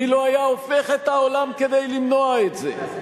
מי לא היה הופך את העולם כדי למנוע את זה?